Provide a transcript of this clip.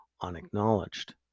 unacknowledged